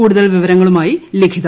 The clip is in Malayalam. കൂടുതൽ വിവരങ്ങളുമായി ലിഖിത